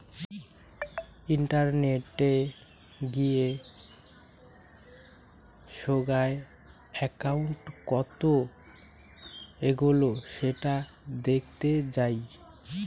ইন্টারনেটে গিয়ে সোগায় একউন্ট কত এগোলো সেটা দেখতে যাই